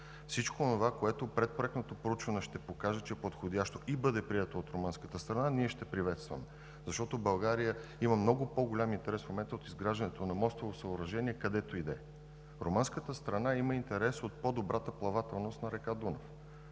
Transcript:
Всичко онова, което предпроектното проучване ще покаже, че е подходящо и бъде прието от румънската страна, ние ще приветстваме, защото България има много по-голям интерес в момента от изграждането на мостово съоръжение където и да е. Румънската страна има интерес от по-добрата плавателност на река Дунав.